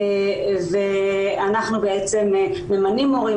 אנחנו ממנים מורים,